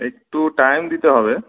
একটু টাইম দিতে হবে